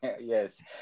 Yes